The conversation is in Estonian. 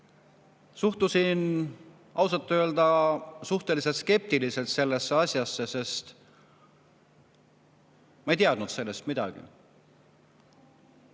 suhtusin suhteliselt skeptiliselt sellesse asjasse, sest ma ei teadnud sellest midagi.